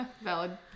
valid